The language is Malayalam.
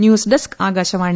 news desk Akashvani